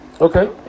Okay